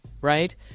right